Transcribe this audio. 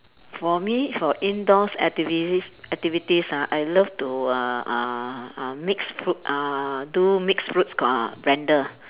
for me for indoor activities activities ah I love to uh uh uh mix fruit uh do mix fruits uh blender